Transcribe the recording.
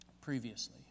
previously